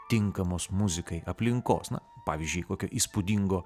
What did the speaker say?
tinkamos muzikai aplinkos na pavyzdžiui kokio įspūdingo